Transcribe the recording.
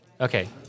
Okay